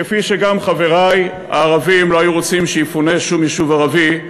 כפי שגם חברי הערבים לא היו רוצים שיפונה שום יישוב ערבי,